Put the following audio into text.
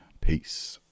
Peace